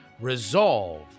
Resolve